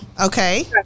Okay